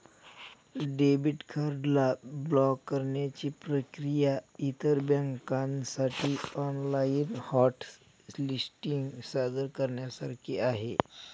debit card ला block करण्याची प्रक्रिया इतर बँकांसाठी ऑनलाइन हॉट लिस्टिंग सादर करण्यासारखी आहे